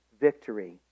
victory